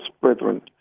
brethren